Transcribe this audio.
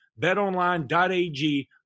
Betonline.ag